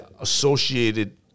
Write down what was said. associated